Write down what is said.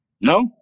No